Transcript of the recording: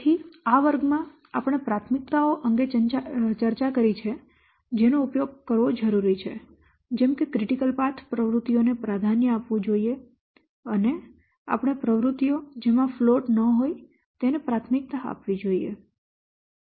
તેથી આ વર્ગમાં આપણે પ્રાથમિકતાઓ અંગે ચર્ચા કરી છે જેનો ઉપયોગ કરવો જરૂરી છે જેમ કે ક્રિટિકલ પાથ પ્રવૃત્તિઓને પ્રાધાન્ય આપવું જોઈએ અને આપણે પ્રવૃત્તિઓ જેમાં ફ્લોટ ન હોય તેને પ્રાથમિકતા આપવી જોઈએ